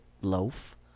loaf